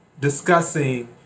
discussing